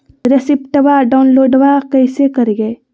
रेसिप्टबा डाउनलोडबा कैसे करिए?